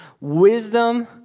Wisdom